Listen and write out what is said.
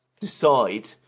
decide